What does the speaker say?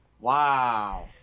Wow